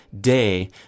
day